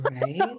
right